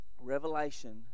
revelation